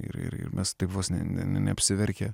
ir mes taip vos ne neapsiverkė